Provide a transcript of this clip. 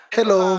Hello